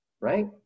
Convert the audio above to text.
right